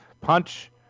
punch